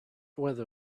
weather